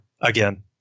again